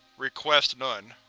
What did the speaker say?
request none.